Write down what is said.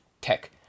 tech